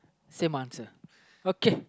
same answer okay